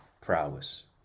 prowess